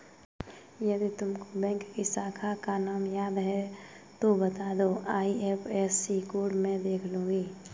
यदि तुमको बैंक की शाखा का नाम याद है तो वो बता दो, आई.एफ.एस.सी कोड में देख लूंगी